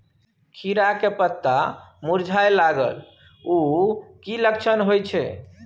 खीरा के पत्ता मुरझाय लागल उ कि लक्षण होय छै?